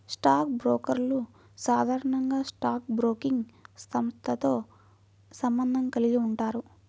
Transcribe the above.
stock బ్రోకర్లు సాధారణంగా stock broking సంస్థతో సంబంధం కలిగి ఉంటారు